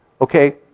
Okay